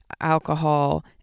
alcohol